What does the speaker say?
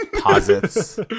posits